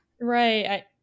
Right